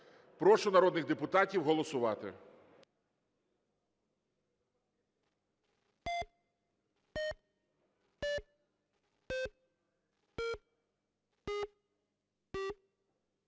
Прошу народних депутатів голосувати.